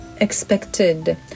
expected